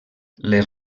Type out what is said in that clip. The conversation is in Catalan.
les